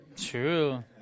True